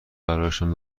برایشان